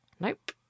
nope